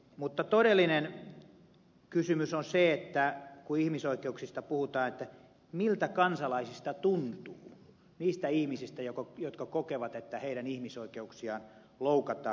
mutta todellinen kysymys on se että kun ihmisoikeuksista puhutaan niin miltä kansalaisista tuntuu niistä ihmisistä jotka kokevat että heidän ihmisoikeuksiaan loukataan